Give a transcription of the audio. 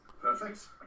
Perfect